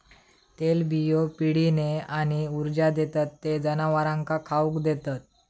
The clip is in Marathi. तेलबियो पिढीने आणि ऊर्जा देतत ते जनावरांका खाउक देतत